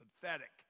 pathetic